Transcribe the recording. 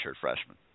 freshman